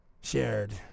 shared